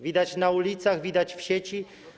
Widać na ulicach, widać w sieci.